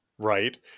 Right